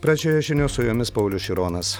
pradžioje žinios su jumis paulius šironas